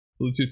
bluetooth